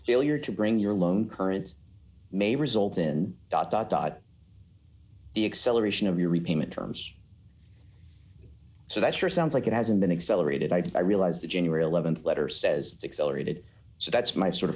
failure to bring your loan current may result in dot dot dot the acceleration of your repayment terms so that sure sounds like it hasn't been accelerated i realize the january th letter says accelerated so that's my sort